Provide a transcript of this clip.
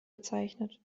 bezeichnet